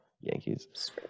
yankees